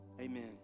Amen